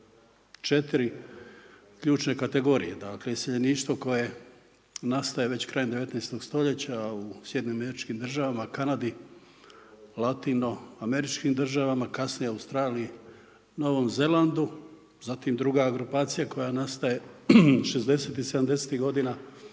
četiri ključne kategorije. Dakle, iseljeništvo koje nastaje već krajem 19.-og stoljeća u SAD-u, Kanadi, latinoameričkim državama, kasnije u Australiji, Novom Zelandu. Zatim druga grupacija koja nastaje '60.-tih i '70.-tih godina